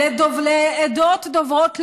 עדות דוברות לדינו,